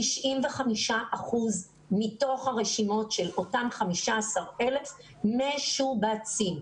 95% מתוך הרשימות של אותם 15,000 משובצים.